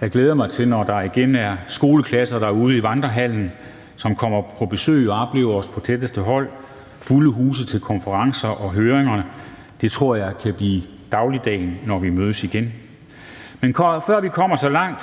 Jeg glæder mig til, når der igen er skoleklasser derude i Vandrehallen, som kommer på besøg og oplever os på tætteste hold, og fulde huse til konferencer og høringer. Det tror jeg kan blive dagligdagen, når vi mødes igen. Men før vi kommer så langt,